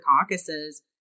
caucuses